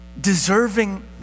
Deserving